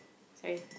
fine